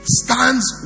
stands